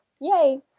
Yay